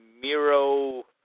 Miro